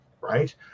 right